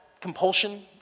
compulsion